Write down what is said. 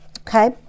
okay